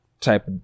type